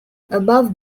above